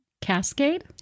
Cascade